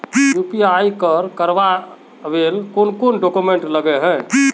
UPI कर करावेल कौन कौन डॉक्यूमेंट लगे है?